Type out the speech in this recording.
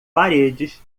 paredes